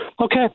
Okay